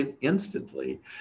instantly